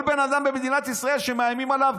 כל אדם במדינת ישראל שמאיימים עליו,